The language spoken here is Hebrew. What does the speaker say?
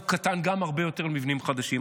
הוא קטן הרבה יותר ממבנים חדשים.